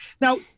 Now